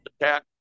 attack